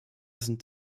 sind